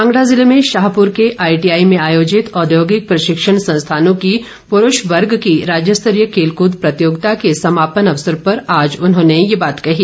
कांगडा जिले में शाहपुर के आईटीआई में आयोजित औद्योगिक प्रशिक्षण संस्थानों की पुरुष वर्ग की राज्यस्तरीय खेलकूद प्रतियोगिता के समापन अवसर पर आज उन्होंने ये बात कही